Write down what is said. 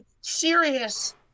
serious